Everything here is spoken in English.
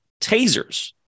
tasers